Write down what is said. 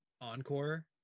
encore